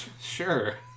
Sure